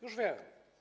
Już wiem.